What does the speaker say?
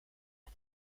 heb